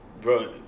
bro